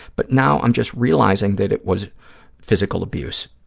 but now i'm just realizing that it was physical abuse.